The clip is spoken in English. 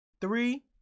three